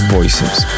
Voices